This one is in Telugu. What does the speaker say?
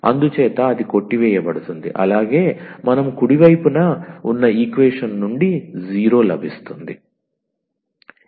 అందుచేత అది కొట్టి వేయబడుతుంది అలాగే మనకు కుడి వైపున ఉన్న ఈక్వేషన్ నుండి 0 లభిస్తుంది